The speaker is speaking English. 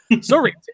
Sorry